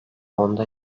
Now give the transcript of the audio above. onda